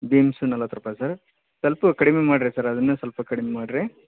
beans ನಲ್ವತ್ತು ರೂಪಾಯಿ sir ಸ್ವಲ್ಪ ಕಡಿಮೆ ಮಾಡಿರಿ ಸರ್ ಅದು ಸ್ವಲ್ಪ ಕಡಿಮೆ ಮಾಡಿರಿ